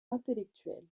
intellectuelle